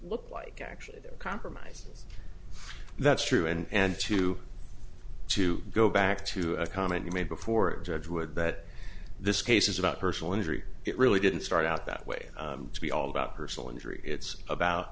look like actually they're a compromise that's true and to to go back to a comment you made before a judge would that this case is about personal injury it really didn't start out that way to be all about personal injury it's about